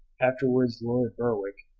afterwards lord berwick,